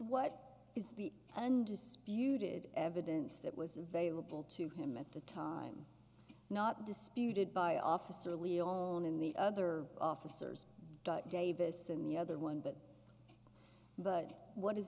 what is the undisputed evidence that was available to him at the time not disputed by officer leone in the other officers davis and the other one but but what is